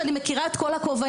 שאני מכירה את כל הכובעים.